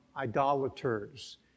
Idolaters